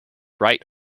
right